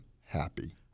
happy